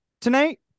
tonight